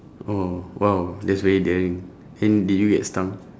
oh !wow! that's very daring then did you get stung